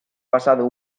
pasado